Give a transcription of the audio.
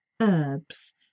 herbs